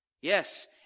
Yes